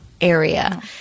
area